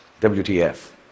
WTF